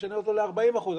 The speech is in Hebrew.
ונשנה אותו ל-40 אחוזים.